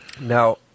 Now